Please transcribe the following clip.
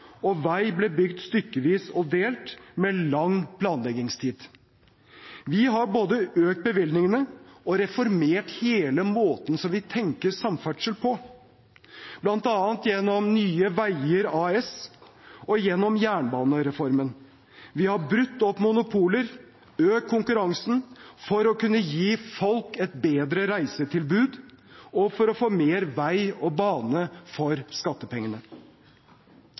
og vei ble bygd stykkevis og delt, med lang planleggingstid. Vi har både økt bevilgningene og reformert hele måten vi tenker samferdsel på, bl.a. gjennom Nye Veier AS og gjennom jernbanereformen. Vi har brutt opp monopoler og økt konkurransen for å kunne å gi folk et bedre reisetilbud – og for å få mer vei og bane for skattepengene.